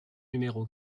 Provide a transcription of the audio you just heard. numéro